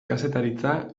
kazetaritza